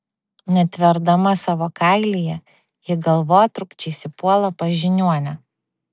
netverdama savo kailyje ji galvotrūkčiais įpuola pas žiniuonę